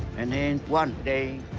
and then one day,